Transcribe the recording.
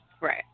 Right